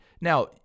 Now